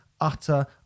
utter